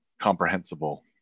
comprehensible